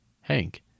Hank